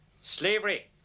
slavery